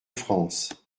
france